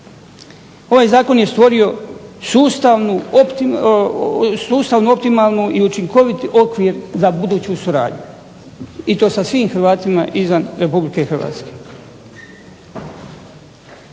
Ovaj zakon je stvorio sustavnu optimalnu i učinkoviti okvir za buduću suradnju i to sa svim Hrvatima izvan Republike Hrvatske.